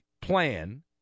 plan